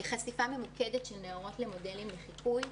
חשיפה ממוקדת של נערות למודלים לחיקוי,